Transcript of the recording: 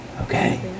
Okay